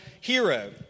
hero